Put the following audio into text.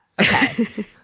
Okay